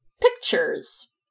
pictures